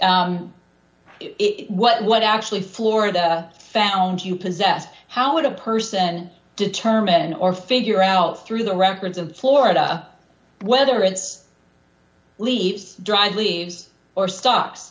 with what what actually florida found you possessed how would a person determine or figure out through the records of florida whether it's leaps dried leaves or sto